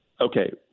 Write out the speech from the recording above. okay